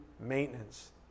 maintenance